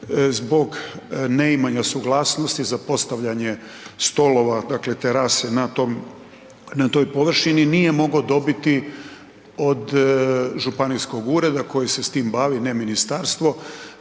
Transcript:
zbog neimanja suglasnosti za postavljanje stolova, dakle terase na toj površini nije mogao dobiti od županijskog ureda koji se s tim bavi, ne ministarstvo,